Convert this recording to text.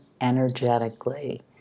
energetically